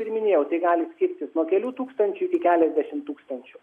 ir minėjau tai gali skirtis nuo kelių tūkstančių iki keliasdešimt tūkstančių